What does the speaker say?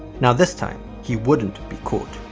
now this time he wouldn't be caught.